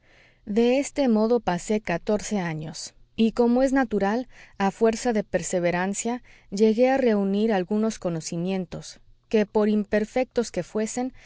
de este modo pasé catorce años y como es natural a fuerza de perseverancia llegué a reunir algunos conocimientos que por imperfectos que fuesen